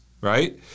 right